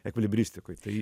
ekvilibristikoj tai